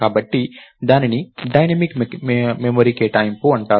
కాబట్టి దానిని dynamic memory కేటాయింపు అంటారు